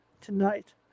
Tonight